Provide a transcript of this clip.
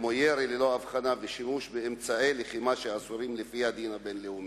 כמו ירי ללא אבחנה ושימוש באמצעי לחימה שאסורים לפי הדין הבין-לאומי.